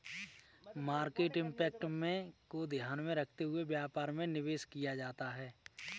market impact को ध्यान में रखते हुए व्यापार में निवेश किया जाता है